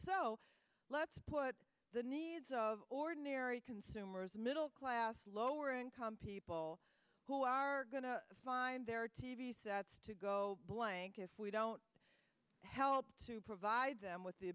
so let's put the needs of ordinary consumers middle class lower income people who are going to find their t v sets to go blank if we don't help to provide them with the